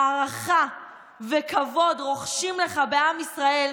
הערכה וכבוד רוחשים לך בעם ישראל,